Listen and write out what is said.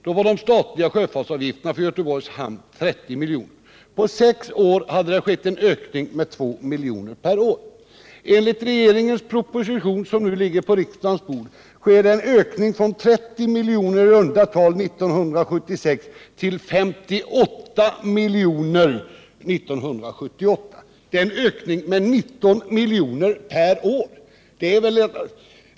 Då var de statliga sjöfartsavgifterna för Göteborgs hamn 30 milj.kr. På sex år hade det alltså skett en ökning med 2 milj.kr. per år. Enligt den proposition som nu ligger på riksdagens bord sker det en ökning från i runda tal 30 milj.kr. år 1976 till 58 milj.kr. 1978.